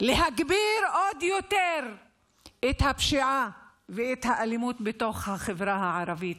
להגביר עוד יותר את הפשיעה ואת האלימות בתוך החברה הערבית.